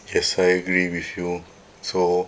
yes I agree with you so